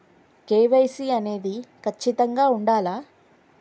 KYC అనేది ఖచ్చితంగా ఉండాలా?